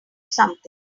something